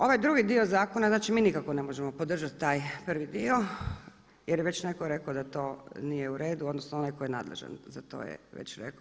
Ovaj drugi dio zakona, znači mi nikako ne možemo podržati taj prvi dio jer je već netko rekao da to nije u redu, odnosno onaj tko je nadležan za to je već rekao.